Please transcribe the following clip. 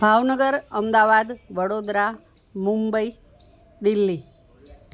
Bhavnagar Ahmedabad Vadodara Mumbai Delhi